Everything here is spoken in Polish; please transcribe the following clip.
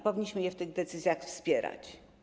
Powinniśmy je w tych decyzjach wspierać.